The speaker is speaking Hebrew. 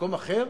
מקום אחר?